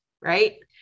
right